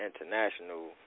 international